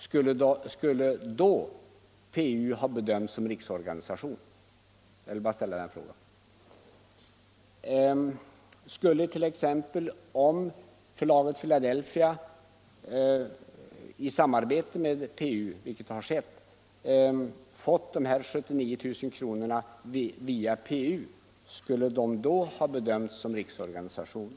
Skulle PU då ha bedömts som rikstionernas centrala organisation? Om Förlaget Filadelfia genom PU hade fått de här 79 000 = verksamhet kr., skulle det då ha bedömts som riksorganisation?